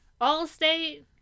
Allstate